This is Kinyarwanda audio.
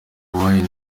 wine